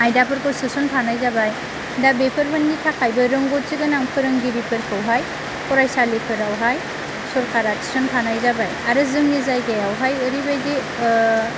आयदाफोरखौ सोसनफानाय जाबाय दा बेफोरनि थाखायबो रोंगौथि गोनां फोरोंगिरिफोरखौहाय फरायसालिफोरावहाय सरखारा थिसनखानाय जाबाय आरो जोंनि जायगायावहाय ओरैबायदि